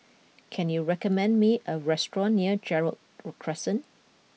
can you recommend me a restaurant near Gerald ot Crescent